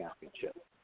championship